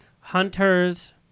Hunters